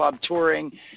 touring